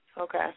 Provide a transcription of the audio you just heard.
Okay